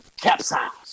capsized